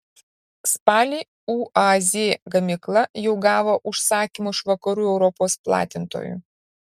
spalį uaz gamykla jau gavo užsakymų iš vakarų europos platintojų